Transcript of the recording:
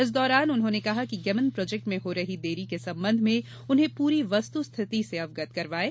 इस दौरान उन्होंने कहा कि गेमन प्रोजेक्ट में हो रही देरी के संबंध में उन्हें पूरी वस्तु स्थिति से अवगत करवायें